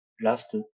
last